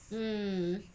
mm